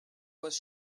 was